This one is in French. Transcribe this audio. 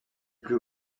plus